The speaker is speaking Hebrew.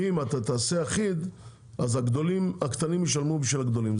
אם אתה תעשה אחיד הקטנים ישלמו בשביל הגדולים.